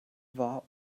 wahr